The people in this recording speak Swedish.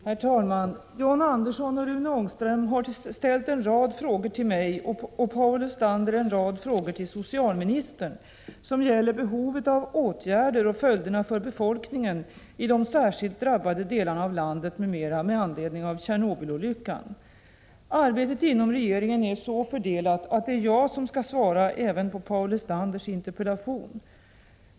Herr talman! John Andersson och Rune Ångström har ställt en rad frågor till mig och Paul Lestander en rad frågor till socialministern som gäller behovet av åtgärder och följderna för befolkningen i de särskilt drabbade delarna av landet m.m. med anledning av Tjernobylolyckan. Arbetet inom regeringen är så fördelat att det är jag som skall svara även på Paul Lestanders interpellation.